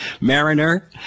Mariner